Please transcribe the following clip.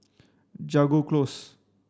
Jago Close